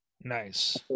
Nice